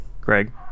Greg